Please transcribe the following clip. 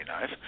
knife